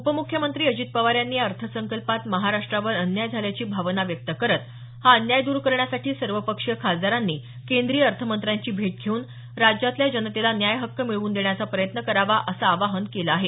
उपमुख्यमंत्री अजित पवार यांनी या अर्थसंकल्पात महाराष्ट्रावर अन्याय झाल्याची भावना व्यक्त करत हा अन्याय द्र करण्यासाठी सर्वपक्षीय खासदारांनी केंद्रीय अर्थमंत्र्यांची भेट घेऊन राज्यातल्या जनतेला न्याय्य हक्क मिळवून देण्याचा प्रयत्न करावा असं आवाहन केलं आहे